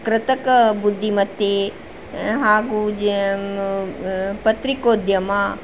ಕೃತಕ ಬುದ್ದಿಮತ್ತೆ ಹಾಗೂ ಜ ಪ್ರತಿಕೋದ್ಯಮ